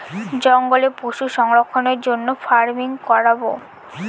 জঙ্গলে পশু সংরক্ষণের জন্য ফার্মিং করাবো